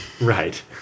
Right